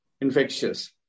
infectious